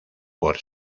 por